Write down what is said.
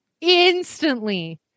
Instantly